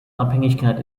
abhängigkeit